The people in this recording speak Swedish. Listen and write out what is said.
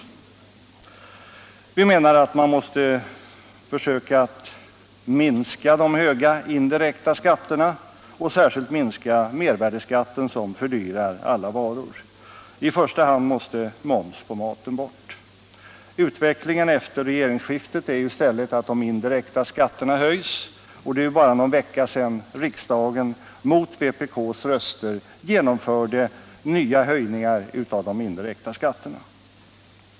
Vi menar att man måste försöka minska de höga indirekta skatterna och särskilt mervärdeskatten, som fördyrar alla varor. I första hand måste momsen på maten bort. Utvecklingen efter regeringsskiftet har i stället medfört att de indirekta skatterna höjts, och det är ju bara någon vecka sedan riksdagen mot vpk:s röster genomförde nya höjningar av de indirekta skatterna.